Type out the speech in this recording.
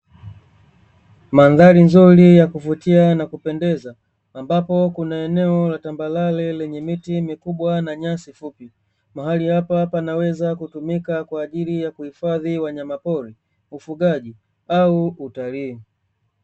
Mandhari nzuri ya kuvutia na kupendeza ambapo kuna eneo la tambarare lenye miti mikubwa na nyasi fup, mahali hapa panaweza kutumika kwa ajili ya kuhifadhi wanyama pori ufugaji au utalii.